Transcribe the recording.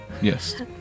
Yes